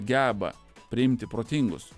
geba priimti protingus